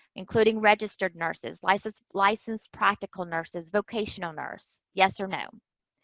including registered nurses, licensed licensed practical nurses, vocational nurse, yes or no?